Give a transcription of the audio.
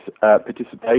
participation